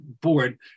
board